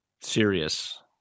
serious